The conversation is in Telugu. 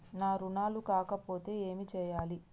నా రుణాలు కాకపోతే ఏమి చేయాలి?